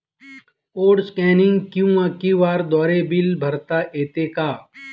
Code scanning किंवा QR द्वारे bill भरता येते का?